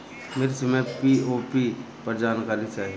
मिर्च मे पी.ओ.पी पर जानकारी चाही?